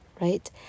Right